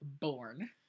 born